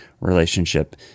relationship